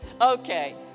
Okay